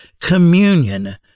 communion